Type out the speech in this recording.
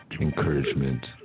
Encouragement